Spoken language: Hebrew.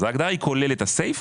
אז ההגדרה היא כוללת את הסייף,